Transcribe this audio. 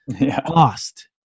Lost